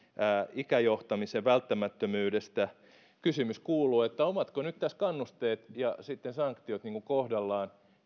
ikäjohtamisen välttämättömyydestä kysymys kuuluu ovatko tässä nyt kannusteet ja sitten sanktiot kohdallaan